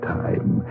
time